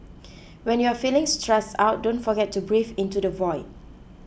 when you are feeling stressed out don't forget to breathe into the void